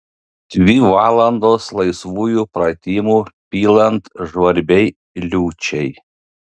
dvi valandos laisvųjų pratimų pilant žvarbiai liūčiai